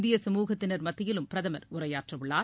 இந்திய சமூகத்தினர் மத்தியிலும் பிரதமர் உரையாற்றவுள்ளார்